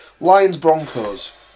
Lions-Broncos